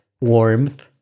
warmth